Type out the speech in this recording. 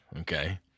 Okay